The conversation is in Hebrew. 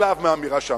הם יודעים שכוחה מוגבל.